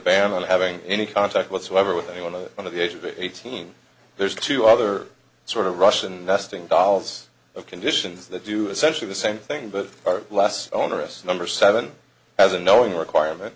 ban on having any contact whatsoever with anyone of under the age of eighteen there's two other sort of russian nesting dolls of conditions that do essentially the same thing but less onerous number seven as annoying requirement